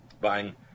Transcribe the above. buying